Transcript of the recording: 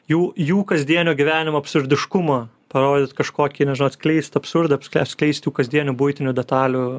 jų jų kasdienio gyvenimo absurdiškumą parodyt kažkokį nežinau atskleist absurdą apskes skleist tų kasdienių buitinių detalių